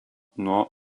nuo